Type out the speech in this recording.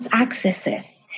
accesses